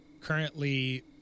currently